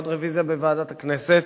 עוד רוויזיה בוועדת הכנסת.